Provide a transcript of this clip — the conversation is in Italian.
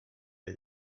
dei